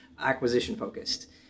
acquisition-focused